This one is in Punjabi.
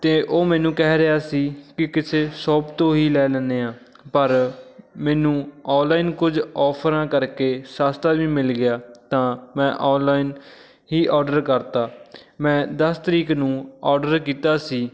ਅਤੇ ਉਹ ਮੈਨੂੰ ਕਹਿ ਰਿਹਾ ਸੀ ਵੀ ਕਿਸੇ ਸ਼ੌਪ ਤੋਂ ਹੀ ਲੈ ਲੈਂਦੇ ਹਾਂ ਪਰ ਮੈਨੂੰ ਔਨਲਾਈਨ ਕੁਝ ਔਫਰਾਂ ਕਰਕੇ ਸਸਤਾ ਵੀ ਮਿਲ ਗਿਆ ਤਾਂ ਮੈਂ ਔਨਲਾਈਨ ਹੀ ਔਡਰ ਕਰਤਾ ਮੈਂ ਦਸ ਤਰੀਕ ਨੂੰ ਔਡਰ ਕੀਤਾ ਸੀ